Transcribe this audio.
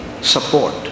support